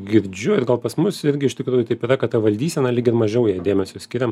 girdžiu ir gal pas mus irgi iš tikrųjų taip yra kad ta valdysena lyg ir mažiau jai dėmesio skiriam